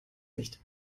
nicht